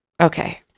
Okay